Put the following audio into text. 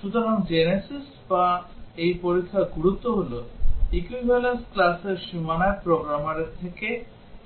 সুতরাং জেনেসিস বা এই পরীক্ষার গুরুত্বটি হল equivalence classর সীমানায় প্রোগ্রামারের থেকে